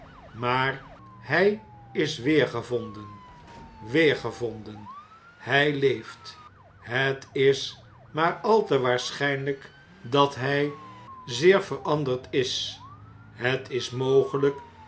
maar nii is weergevonden weergevonden hj leeft het is maar al te waarschjjnhjk dat hij zeer veranderd is het is mogelp